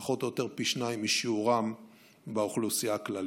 פחות או יותר פי שניים משיעורם באוכלוסייה הכללית.